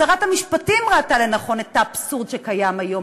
שרת המשפטים ראתה את האבסורד שקיים היום,